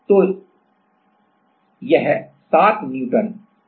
तो यह 7 Nm के बराबर है